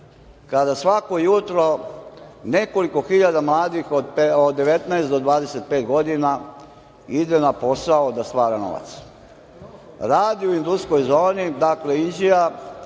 kada svako jutro nekoliko hiljada mladih od 19 do 25 godina ide na posao da stvara novac, radi u industrijskoj zoni, dakle, Inđija,